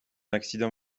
accident